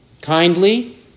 Kindly